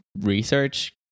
research